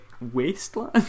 wasteland